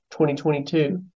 2022